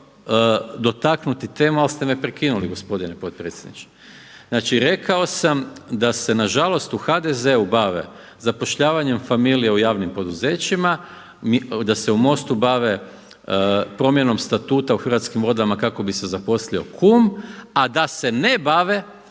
htio dotaknuti temu ali ste me prekinuli gospodine potpredsjedniče. Znači rekao sam da se nažalost u HDZ-u bave zapošljavanjem familije u javnim poduzećima, da se u MOST-u bave promjenom statuta u Hrvatskim vodama kako bi se zaposlio kum a da se ne bave